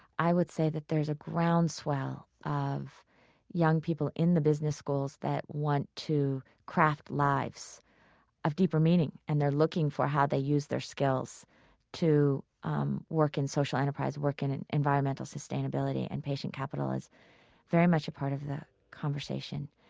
i would say that there's a groundswell of young people in the business schools that want to craft lives of deeper meaning, and they're looking for how they use their skills to um work in social enterprise, work in in environmental sustainability and patient capital is very much a part of the conversation.